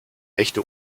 echte